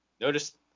Notice